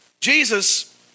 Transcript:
Jesus